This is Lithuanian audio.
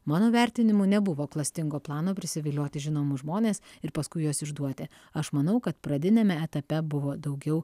mano vertinimu nebuvo klastingo plano prisivilioti žinomus žmones ir paskui juos išduoti aš manau kad pradiniame etape buvo daugiau